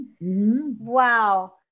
Wow